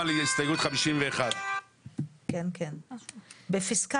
הפנים לתוך סד זמנים שלא יאפשר לה להעמיד